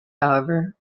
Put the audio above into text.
however